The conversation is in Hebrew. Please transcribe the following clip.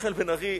מיכאל בן-ארי,